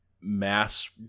mass